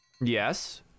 Yes